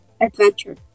adventure